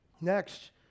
Next